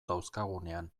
dauzkagunean